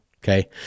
Okay